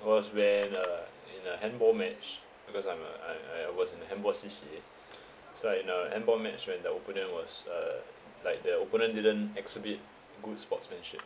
it was when uh in a handball match because I'm uh I I was in the handball C_C_A so in a handball match when the opponent was uh like the opponent didn't exhibit good sportsmanship